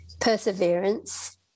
perseverance